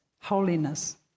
Holiness